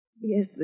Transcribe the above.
Yes